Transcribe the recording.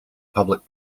public